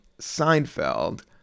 Seinfeld